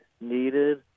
needed